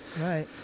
Right